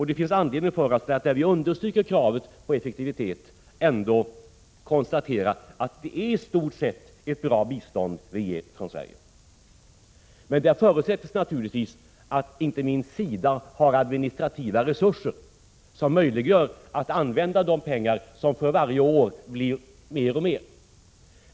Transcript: Det finns anledning att när vi understryker kravet på effektivitet ändå konstatera att Sverige i stort sett ger ett bra bistånd. En förutsättning är naturligtvis att inte minst SIDA har administrativa resurser, som gör det möjligt att använda de medel som för varje år blir allt större.